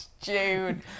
June